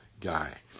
guy